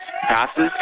Passes